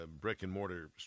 brick-and-mortar